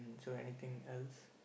so anything else